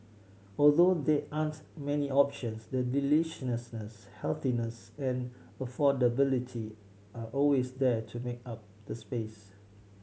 although there aren't many options the deliciousness healthiness and affordability are always there to make up the space